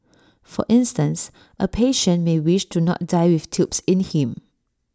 for instance A patient may wish to not die with tubes in him